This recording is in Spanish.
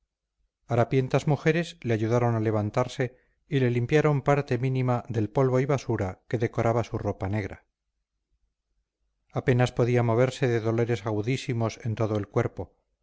sembradura harapientas mujeres le ayudaron a levantarse y le limpiaron parte mínima del polvo y basura que decoraba su ropa negra apenas podía moverse de dolores agudísimos en todo el cuerpo